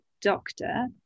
doctor